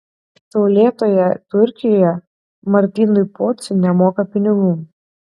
saulėtoje turkijoje martynui pociui nemoka pinigų